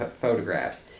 photographs